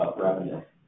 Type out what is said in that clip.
revenue